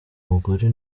mugore